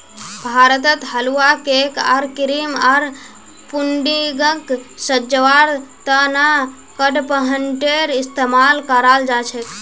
भारतत हलवा, केक आर क्रीम आर पुडिंगक सजव्वार त न कडपहनटेर इस्तमाल कराल जा छेक